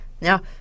Now